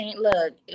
Look